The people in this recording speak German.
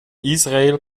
israel